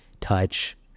touch